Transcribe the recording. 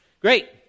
Great